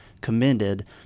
commended